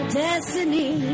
destiny